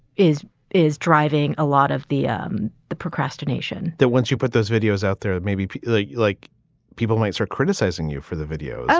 is is driving a lot of the um the procrastination that once you put those videos out there, maybe you like people mates are criticizing you for the video, yeah